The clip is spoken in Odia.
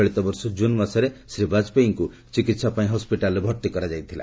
ଚଳିତବର୍ଷ ଜୁନ୍ ମାସରେ ଶ୍ରୀ ବାଜପାୟୀଙ୍କୁ ଚିକିତ୍ସା ପାଇଁ ହସ୍କିଟାଲ୍ରେ ଭର୍ତ୍ତି କରାଯାଇଥିଲା